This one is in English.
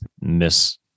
miss